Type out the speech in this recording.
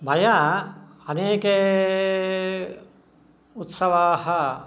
मया अनेके उत्सवाः